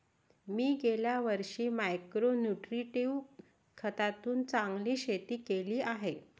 मी गेल्या वर्षी micro nutritive खतातून चांगले शेती केली आहे